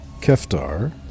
keftar